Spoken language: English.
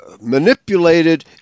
manipulated